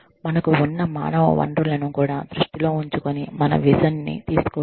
మనకు ఉన్న మానవ వనరులను కూడా దృష్టిలో ఉంచుకోని మన విజన్ ని తీసుకోవాలి